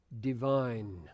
divine